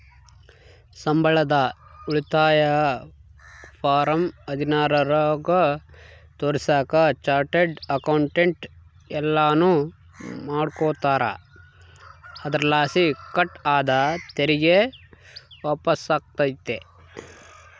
ಸಂಬಳದ ಉಳಿತಾಯನ ಫಾರಂ ಹದಿನಾರರಾಗ ತೋರಿಸಾಕ ಚಾರ್ಟರ್ಡ್ ಅಕೌಂಟೆಂಟ್ ಎಲ್ಲನು ಮಾಡಿಕೊಡ್ತಾರ, ಅದರಲಾಸಿ ಕಟ್ ಆದ ತೆರಿಗೆ ವಾಪಸ್ಸಾತತೆ